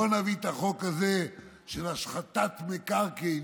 בואו נביא את החוק הזה של השחתת מקרקעין.